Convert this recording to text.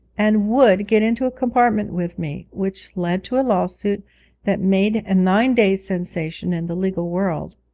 and would get into a compartment with me, which led to a lawsuit that made a nine days' sensation in the legal world.